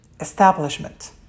establishment